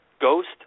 Ghost